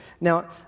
Now